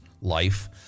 life